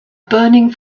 burning